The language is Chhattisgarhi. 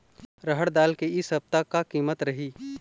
रहड़ दाल के इ सप्ता का कीमत रही?